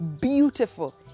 beautiful